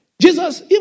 Jesus